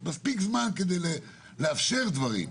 מספיק זמן כדי לאפשר דברים,